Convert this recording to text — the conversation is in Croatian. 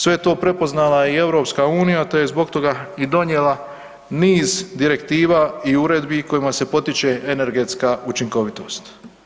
Sve je to prepoznala i EU te je i zbog toga donijela niz direktiva i uredbi kojima se potiče energetska učinkovitost.